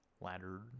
Ladder